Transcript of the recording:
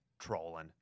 Trolling